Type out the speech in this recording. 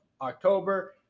October